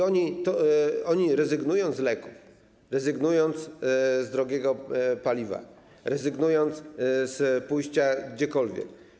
Oni rezygnują z leku, rezygnują z drogiego paliwa, rezygnują z pójścia gdziekolwiek.